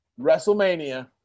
WrestleMania